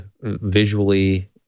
visually